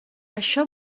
això